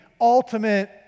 ultimate